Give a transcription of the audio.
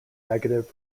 negative